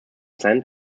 saint